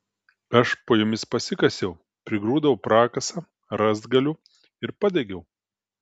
aš po jomis pasikasiau prigrūdau prakasą rąstgalių ir padegiau